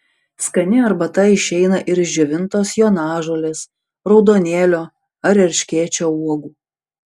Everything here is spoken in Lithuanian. skani arbata išeina ir iš džiovintos jonažolės raudonėlio ar erškėčio uogų